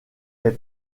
fait